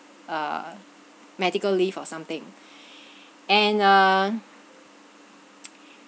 uh medical leave or something and uh